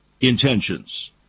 intentions